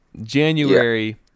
january